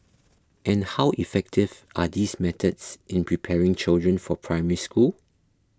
and how effective are these methods in preparing children for Primary School